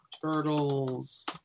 Turtles